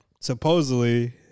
Supposedly